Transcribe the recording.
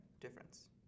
Difference